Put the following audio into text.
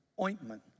ointment